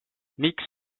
miks